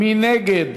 מי נגד?